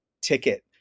ticket